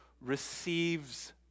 receives